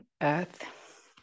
Earth